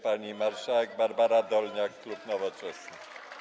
Pani marszałek Barbara Dolniak, klub Nowoczesna.